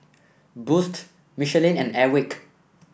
Boost Michelin and Airwick